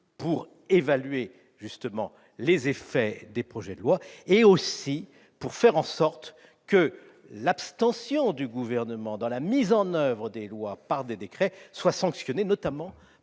l'évaluation des effets des projets de loi adoptés et pour faire en sorte que l'abstention du Gouvernement dans la mise en oeuvre des lois par des décrets soit sanctionnée, notamment par les recours devant